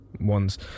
ones